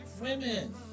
Women